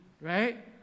right